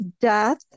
death